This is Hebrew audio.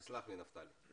תסלח לי נפתלי.